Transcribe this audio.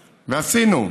ועשינו,